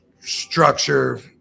structure